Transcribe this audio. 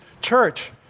church